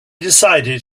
decided